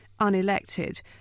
unelected